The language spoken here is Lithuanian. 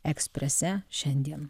eksprese šiandien